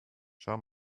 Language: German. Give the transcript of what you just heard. schau